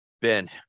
Ben